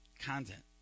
content